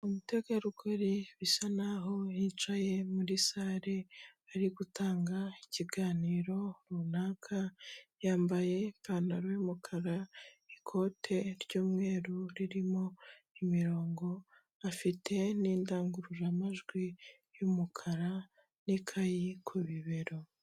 Umutegarugori bisa n'aho yicaye muri sare ari gutanga ikiganiro runaka, yambaye ipantaro y'umukara, ikote ry'umweru ririmo imirongo, afite n'indangururamajwi y'umukara n'ikayi ku bibero.